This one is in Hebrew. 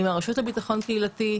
עם הרשות לביטחון קהילתי,